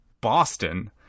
Boston